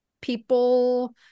people